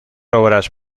obras